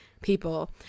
people